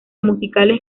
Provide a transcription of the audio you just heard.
musicales